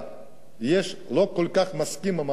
אני לא כל כך מסכים עם ההצעה הזאת,